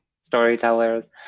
storytellers